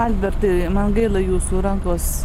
albertai man gaila jūsų rankos